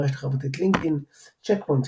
ברשת החברתית LinkedIn צ'ק פוינט,